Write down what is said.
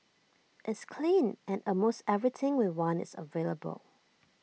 it's clean and almost everything we want is available